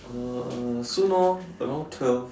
uh soon orh around twelve